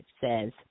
says